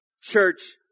church